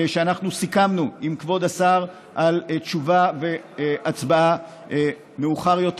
שאנחנו סיכמנו עם כבוד השר על תשובה והצבעה מאוחר יותר,